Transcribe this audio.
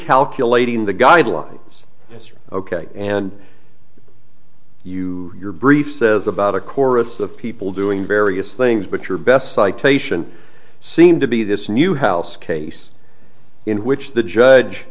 calculating the guidelines mr ok and you your brief says about a chorus of people doing various things but your best citation seemed to be this new house case in which the judge